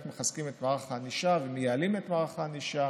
אנחנו מחזקים את מערך הענישה ומייעלים את מערך הענישה